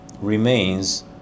remains